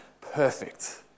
perfect